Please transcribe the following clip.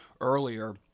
earlier